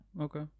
Okay